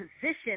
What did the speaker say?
position